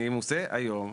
אני אהיה חייב במס היום.